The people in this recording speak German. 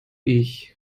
ich